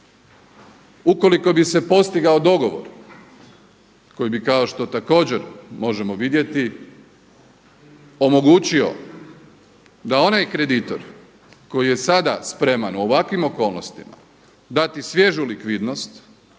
Ukoliko bi se postigao dogovor koji bi kao što također možemo vidjeti omogućio da onaj kreditor koji je sada spreman u ovakvim okolnostima dati svježu likvidnost